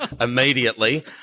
immediately